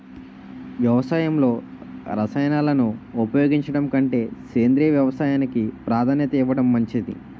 వ్యవసాయంలో రసాయనాలను ఉపయోగించడం కంటే సేంద్రియ వ్యవసాయానికి ప్రాధాన్యత ఇవ్వడం మంచిది